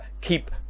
keep